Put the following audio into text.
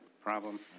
problem